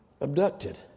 abducted